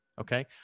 Okay